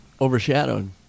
Overshadowed